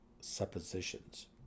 Suppositions